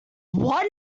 what